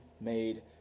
made